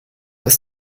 ist